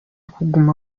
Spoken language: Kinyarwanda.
kuguma